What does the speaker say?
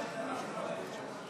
השר יואב קיש.